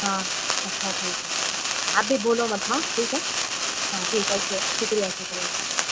ہاں اچھا ٹھیک ہے آپ بھی بھولو مت ہاں ٹھیک ہے ہاں ٹھیک ہے شکریہ شکریہ